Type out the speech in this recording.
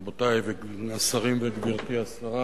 רבותי השרים וגברתי השרה